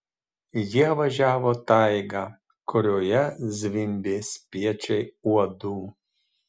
jie važiavo taiga kurioje zvimbė spiečiai uodų